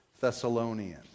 Thessalonians